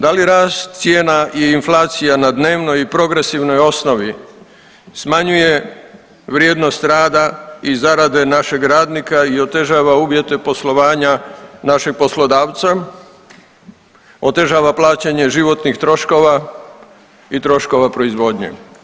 Da li rast cijena i inflacija na dnevnoj i progresivnoj osnovi smanjuje vrijednost rada i zarade našeg radnika i otežava uvjete poslovanja našeg poslodavca, otežava plaćanje životnih troškova i troškova proizvodnje?